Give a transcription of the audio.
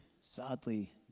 sadly